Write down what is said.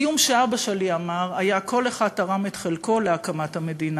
הסיום שאבא שלי אמר היה: כל אחד תרם את חלקו להקמת המדינה.